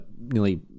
nearly